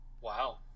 Wow